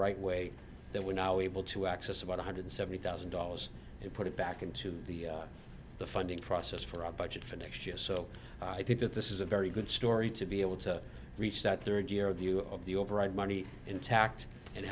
right way that we're now able to access about one hundred seventy thousand dollars and put it back into the the funding process for our budget for next year so i think that this is a very good story to be able to reach that third year of the you of the override money intact and